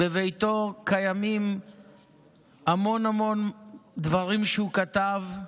בביתו קיימים המון המון דברים שהוא כתב,